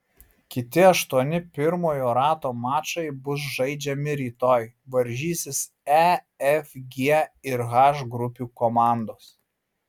kiti aštuoni pirmojo rato mačai bus žaidžiami rytoj varžysis e f g ir h grupių komandos